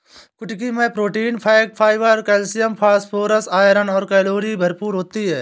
कुटकी मैं protein, fat, fibre, calcium, phosphorus, iron और कैलोरी भरपूर होती है